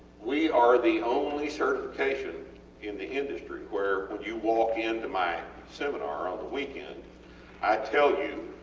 we are the only certification in the industry where when you walk into my seminar on the weekend i tell you,